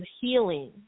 healing